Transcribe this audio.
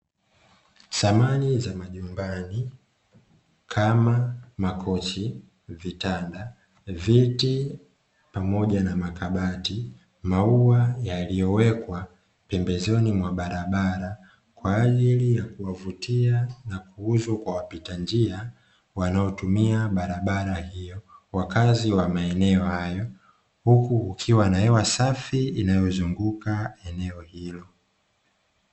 Samani za majumbani kama: makochi, vitanda, viti pamoja na makabati; maua yaliyowekwa pembezoni mwa barabara kwa ajili ya kuwavutia na kuuzwa kwa wapita njia wanaotumia barabara hiyo, wakazi wa maeneo hayo. Huku ukiwa na hewa safi inayozunguka eneo hilo.